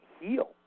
heal